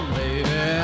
baby